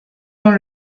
dans